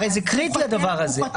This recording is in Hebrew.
הרי זה קריטי, הדבר הזה.